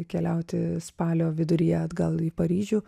keliauti spalio viduryje atgal į paryžių